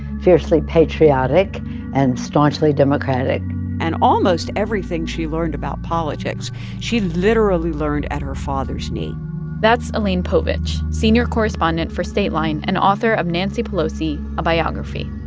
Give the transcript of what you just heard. fiercely patriotic and staunchly democratic and almost everything she learned about politics she literally learned at her father's knee that's elaine povich, senior correspondent for stateline and author of nancy pelosi a biography.